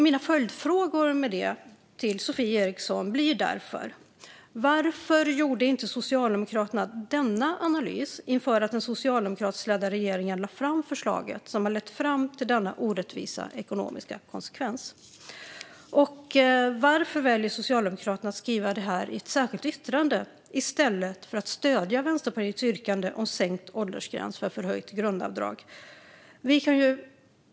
Mina frågor till Sofie Eriksson blir därför: Varför gjorde inte Socialdemokraterna denna analys inför att den socialdemokratiskt ledda regeringen lade fram det förslag som har lett fram till denna orättvisa ekonomiska konsekvens? Varför väljer Socialdemokraterna att skriva ett särskilt yttrande i stället för att stödja Vänsterpartiets reservation om sänkt åldersgräns för förhöjt grundavdrag?